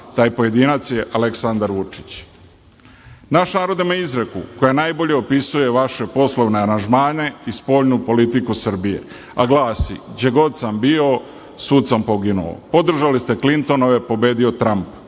taj pojedinac je Aleksandar Vučić. Naš narod ima izreku koja najbolje opisuje vaše poslovne aranžmane i spoljnu politiku Srbije, a glasi – đe god sam bio, svud sam poginuo. Podržali ste Klintonove, pobedio Tramp.